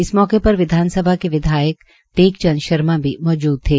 इस मौके पर विधानसभा के विधायक टेक चंद शर्मा भी मौजूद थे